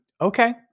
Okay